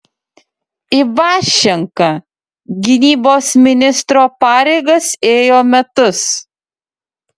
ivaščenka gynybos ministro pareigas ėjo metus